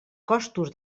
costos